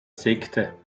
sekte